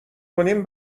کنیم